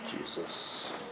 Jesus